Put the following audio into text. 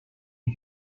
and